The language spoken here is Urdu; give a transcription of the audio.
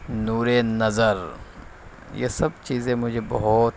نور نظر یہ سب چیزیں مجھے بہت